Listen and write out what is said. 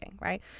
right